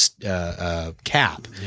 Cap